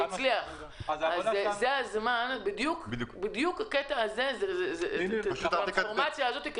עכשיו הוא בדיוק הזמן שלכם לקחת את האינפורמציה הזו.